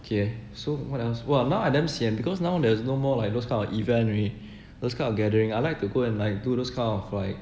okay so what else !wah! now I damn sian because now there's no more like those kind of event already those kind of gathering I like to go and like do those kind of like